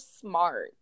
smart